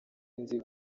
nzi